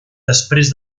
després